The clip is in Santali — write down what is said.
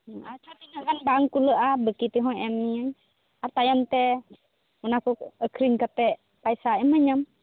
ᱟᱪᱪᱷᱟ ᱛᱤᱱᱟᱹᱜ ᱜᱟᱱ ᱵᱟᱝ ᱠᱩᱞᱟᱹᱜᱼᱟ ᱵᱟᱠᱤ ᱛᱮᱦᱚᱸ ᱮᱢᱟᱢᱟᱹᱧ ᱟᱨ ᱛᱟᱭᱚᱢᱛᱮ ᱚᱱᱟ ᱠᱚ ᱟᱠᱷᱨᱤᱧ ᱠᱟᱛᱮᱫ ᱯᱚᱭᱥᱟᱢ ᱤᱢᱟᱹᱧᱟ